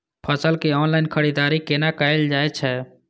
फसल के ऑनलाइन खरीददारी केना कायल जाय छै?